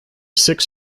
six